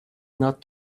not